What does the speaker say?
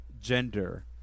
gender